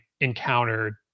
encountered